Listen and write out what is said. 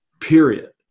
period